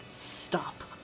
stop